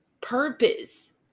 Purpose